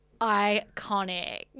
Iconic